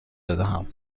بدهم